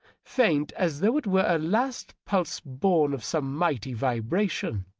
faint as though it were a last pulse bom of some mighty vibration.